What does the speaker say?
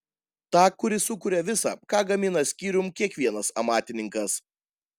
tą kuris sukuria visa ką gamina skyrium kiekvienas amatininkas